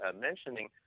mentioning